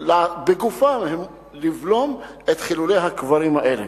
לבלום בגופם את חילולי הקברים האלה.